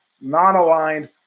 non-aligned